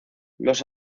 los